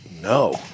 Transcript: No